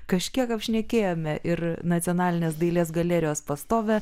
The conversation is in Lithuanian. kažkiek apšnekėjome ir nacionalinės dailės galerijos pastovią